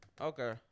Okay